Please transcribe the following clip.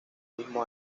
mismo